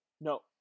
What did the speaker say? No